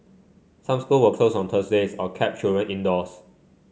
some school were closed on Thursday's or kept children indoors